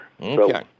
Okay